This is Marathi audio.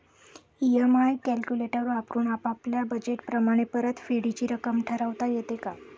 इ.एम.आय कॅलक्युलेटर वापरून आपापल्या बजेट प्रमाणे परतफेडीची रक्कम ठरवता येते का?